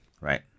Right